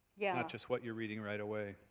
yeah just what you're reading right away.